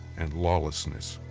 and lawlessness.